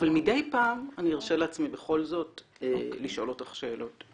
אבל מדי פעם אני ארשה לעצמי בכל זאת לשאול אותך שאלות.